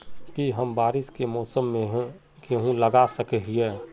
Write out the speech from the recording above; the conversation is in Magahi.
की हम बारिश के मौसम में गेंहू लगा सके हिए?